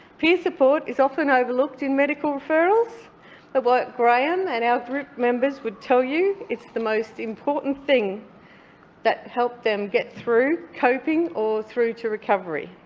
peer support is often overlooked in medical referrals. but what graham and our group members would tell you, it's the most important thing that help them get through, coping or through to recovery.